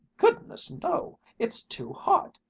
goodness no! it's too hot.